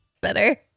Better